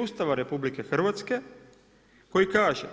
Ustava RH koji kaže,